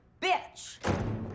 bitch